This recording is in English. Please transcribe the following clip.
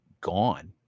gone